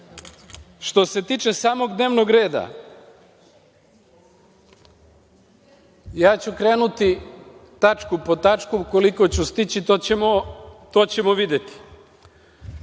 se tiče samog dnevnog reda, ja ću krenuti tačku po tačku, a koliko ću stići, to ćemo videti.